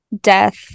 death